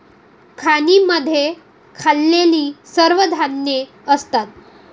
खाणींमध्ये खाल्लेली सर्व धान्ये असतात